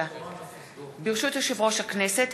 ברשות יושב-ראש הכנסת,